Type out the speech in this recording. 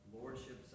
lordship